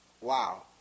wow